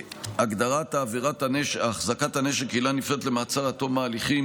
שהגדרת החזקת הנשק כעילה נפרדת למעצר עד תום ההליכים,